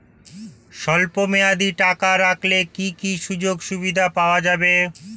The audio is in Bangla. স্বল্পমেয়াদী টাকা রাখলে কি কি সুযোগ সুবিধা পাওয়া যাবে?